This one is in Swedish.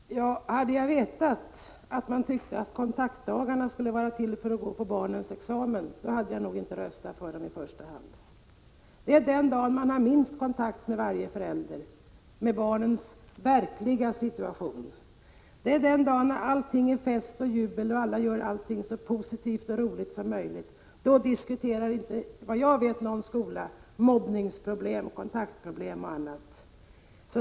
Herr talman! Hade jag vetat att man tyckte att kontaktdagarna skulle vara till för att gå på barnens examen, hade jag nog inte röstat för dem i första hand. Det är den dag man har minst kontakt med varje förälder, med barnets verkliga situation. Det är den dagen när allting är fest och jubel och alla gör allting så positivt och roligt som möjligt. Då diskuteras inte, vad jag vet, i någon skola mobbningsproblem, kontaktproblem eller annat.